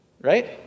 Right